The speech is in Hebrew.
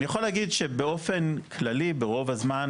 אני יכול להגיד שבאופן כללי ברוב הזמן